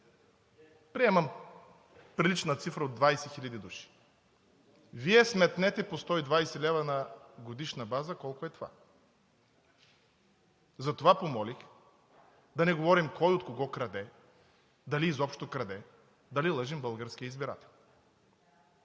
Приемам прилична цифра от 20 хиляди души. Вие сметнете по 120 лв. на годишна база колко е това. Затова помолих да не говорим кой от кого краде, дали изобщо краде, дали лъжем българския избирател.